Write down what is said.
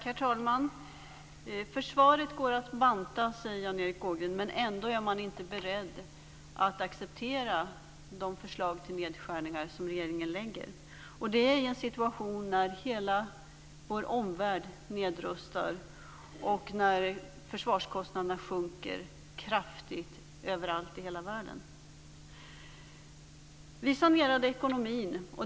Herr talman! Försvaret går att banta, säger Jan Erik Ågren. Ändå är man inte beredd att acceptera de förslag till nedskärningar som regeringen lägger fram. Detta sker i en situation där hela vår omvärld nedrustar och när försvarskostnaderna sjunker kraftigt överallt i hela världen. Vi sanerade ekonomin.